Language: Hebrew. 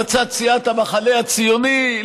אולי זו המלצת סיעת המחנה הציוני.